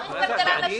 צריך כלכלן לשבת,